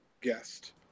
guest